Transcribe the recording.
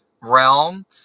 realm